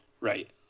Right